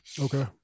Okay